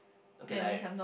okay lah I